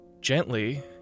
Gently